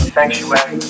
Sanctuary